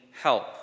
help